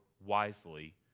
wisely